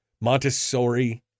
Montessori